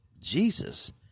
Jesus